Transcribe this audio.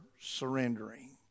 surrendering